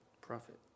profit